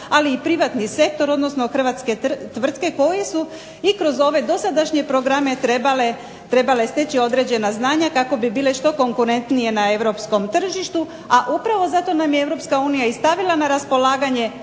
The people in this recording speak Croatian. ali i privatni sektor, odnosno Hrvatske tvrtke koje su i kroz ove dosadašnje programe trebale steći određena znanja kako bi bile što konkurentnije na Europskom tržištu a upravo zato nam je Europska unija stavila na raspolaganje